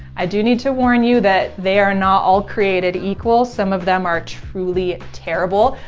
i do need to warn you that they are not all created equal. some of them are truly terrible.